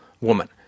woman